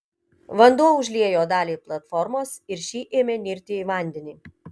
vanduo užliejo dalį platformos ir ši ėmė nirti į vandenį